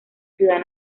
ciudad